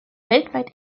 weltweit